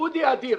אודי אדירי,